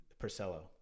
Purcello